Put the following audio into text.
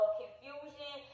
confusion